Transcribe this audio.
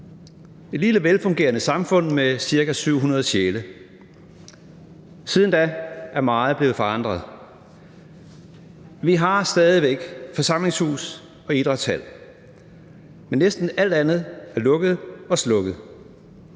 et lille velfungerende samfund med ca. 700 sjæle. Siden da er meget blevet forandret. Vi har stadig væk forsamlingshus og idrætshal, men næsten alt andet er lukket og slukket.